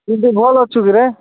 ଭଲ ଅଛୁ କିରେ